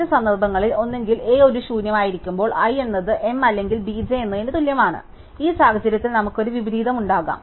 മറ്റ് സന്ദർഭങ്ങളിൽ ഒന്നുകിൽ A ഒരു ശൂന്യമായിരിക്കുമ്പോൾ i എന്നത് m അല്ലെങ്കിൽ B j എന്നതിന് തുല്യമാണ് ഈ സാഹചര്യത്തിൽ നമുക്ക് ഒരു വിപരീതമുണ്ടാകാം